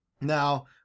Now